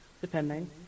depending